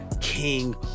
King